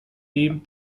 dem